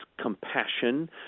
compassion